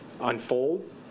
unfold